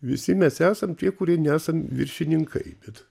visi mes esam tie kurie nesam viršininkai bet